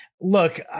Look